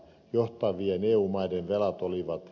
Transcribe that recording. johtavien eu maiden velat olivat